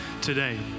today